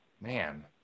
man